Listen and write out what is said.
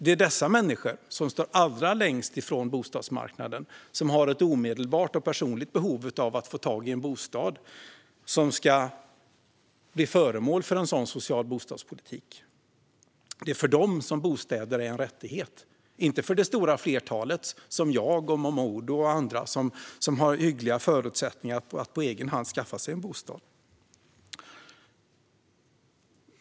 Det är de människor som står allra längst från bostadsmarknaden och som har ett omedelbart och personligt behov av att få tag på en bostad som ska bli föremål för en sådan social bostadspolitik. Det är för dem som bostäder är en rättighet - inte för det stora flertalet som jag och Momodou och andra, som har hyggliga förutsättningar att på egen hand skaffa sig en bostad.